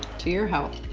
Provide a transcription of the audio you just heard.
to your health.